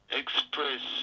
express